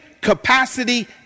capacity